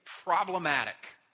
problematic